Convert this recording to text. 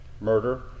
murder